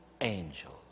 angels